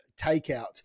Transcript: takeout